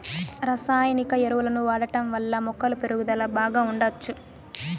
రసాయనిక ఎరువులను వాడటం వల్ల మొక్కల పెరుగుదల బాగా ఉండచ్చు